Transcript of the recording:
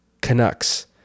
Canucks